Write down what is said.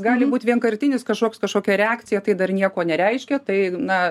gali būt vienkartinis kašoks kašokia reakcija tai dar nieko nereiškia tai na